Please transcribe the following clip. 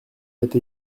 été